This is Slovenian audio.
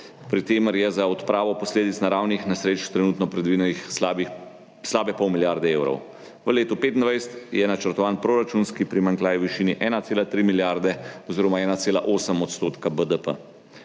pri čemer je za odpravo posledic naravnih nesreč trenutno predvidene slabe pol milijarde evrov. V letu 2025 je načrtovan proračunski primanjkljaj v višini 1,3 milijarde oziroma 1,8 % BDP.